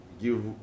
give